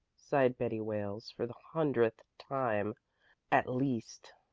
sighed betty wales for the hundredth time at least,